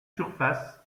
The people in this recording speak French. surface